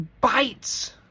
bites